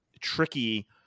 tricky